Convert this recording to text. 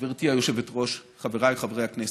גברתי היושבת-ראש, חבריי חברי הכנסת,